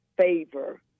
favor